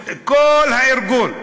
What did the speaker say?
כל הארגון.